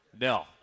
No